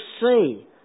see